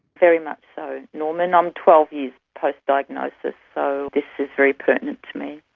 very much so norman, i'm twelve years post-diagnosis, so this is very pertinent to me.